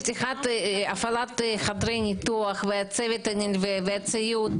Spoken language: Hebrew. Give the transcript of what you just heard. הפעלת חדרי ניתוח והצוות הנלווה והציוד.